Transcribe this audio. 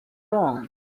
wrong